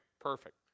Perfect